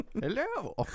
hello